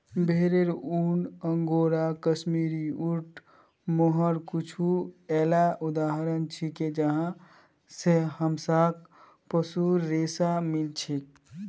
भेरेर ऊन, अंगोरा, कश्मीरी, ऊँट, मोहायर कुछू येला उदाहरण छिके जहाँ स हमसाक पशुर रेशा मिल छेक